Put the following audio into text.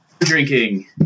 drinking